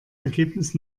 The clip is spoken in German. ergebnis